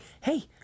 hey